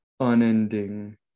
unending